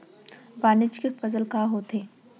वाणिज्यिक फसल का होथे?